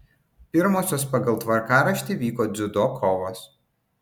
pirmosios pagal tvarkaraštį vyko dziudo kovos